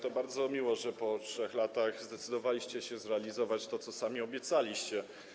To bardzo miło, że po 3 latach zdecydowaliście się zrealizować to, co sami obiecaliście.